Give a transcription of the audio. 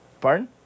Pardon